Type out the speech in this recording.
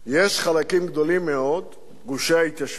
יש חלקים גדולים מאוד, גושי ההתיישבות,